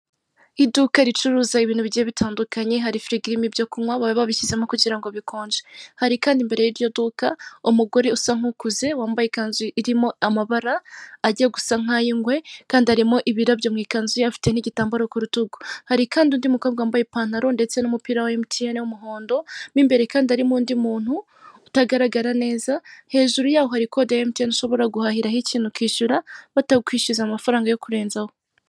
Iduka ricuruza ibintu bigiye bitandukanye hari firigo irimo ibyi kunywa baba babishyizemo kugira ngo bikonje, hari kandi imbere y'iryo duka umugore usa nk'ukuze wambaye ikanzu irimo amabara yenda ajya gusa nka ay'ingwe kandi harimo ibirabyo mu ikanzu ye afite n'igitamabaro ku rutugu, hari kandi undi mukobwa wambaye ipantalo ndetse n'umupira wa MTN w'umuhondo. Mu imbere kandi harimo undi muntu utagaragara neza, hejuru yaho hari kode ya MTN ushobora guhahiraho ikintu ukishyura batakwishyuza amafaranga yo kurenzaho.